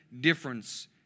difference